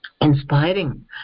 inspiring